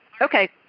Okay